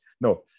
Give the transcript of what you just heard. No